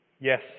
Yes